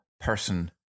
person